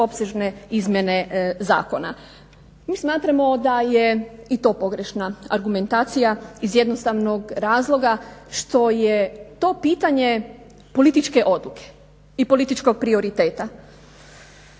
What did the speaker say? Mi smatramo da je i to pogrešna argumentacija iz jednostavnog razloga što je to pitanje političke odluke i političkog prioriteta.